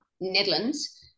Netherlands